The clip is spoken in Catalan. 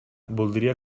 voldria